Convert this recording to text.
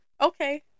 Okay